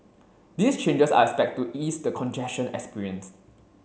these changes are expect to ease the congestion experienced